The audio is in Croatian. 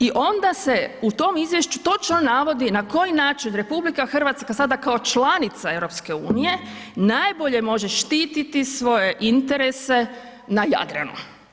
I onda se u tom izvješću točno navodi na koji način RH sada kao članica EU najbolje može štititi svoje interese na Jadranu.